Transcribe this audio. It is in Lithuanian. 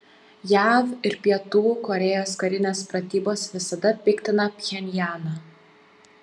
jav ir pietų korėjos karinės pratybos visada piktina pchenjaną